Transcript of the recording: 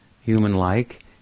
human-like